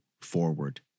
forward